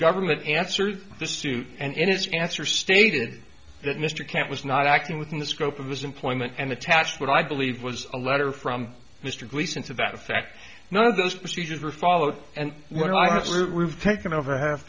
government answered the suit and in his answer stated that mr kant was not acting within the scope of his employment and attached what i believe was a letter from mr gleason's about effect none of those procedures were followed and when i have taken over half